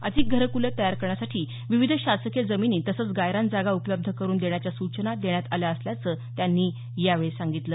अधिक घरकूलं तयार करण्यासाठी विविध शासकीय जमिनी तसंच गायरान जागा उपलब्ध करून देण्याच्या सूचना देण्यात आल्या असल्याचं त्यांनी यावेळी सांगितलं